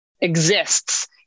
exists